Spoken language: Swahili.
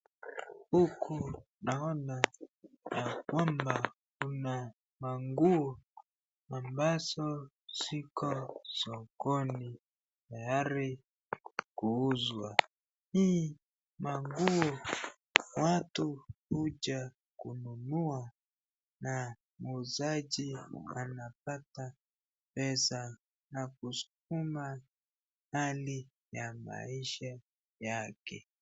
Huku naona yakwamba kuna manguo ambazo ziko sokoni tayari kuuzwa, hii manguo watu huja kununua na muuzaji anapata pesa na kusukuma hali ya maisha yake.